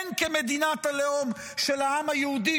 הן כמדינת הלאום של העם היהודי,